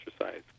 exercise